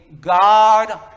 God